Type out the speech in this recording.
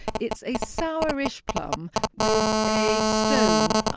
it's a sourish plum with a stone,